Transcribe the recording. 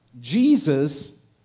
Jesus